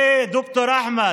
ד"ר אחמד,